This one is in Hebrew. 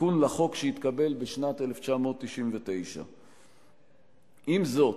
כתיקון לחוק שהתקבל בשנת 1999. עם זאת,